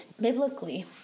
Biblically